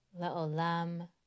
laolam